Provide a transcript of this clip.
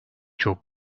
çok